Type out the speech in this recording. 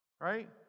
right